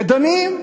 ודנים,